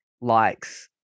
likes